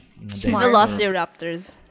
Velociraptors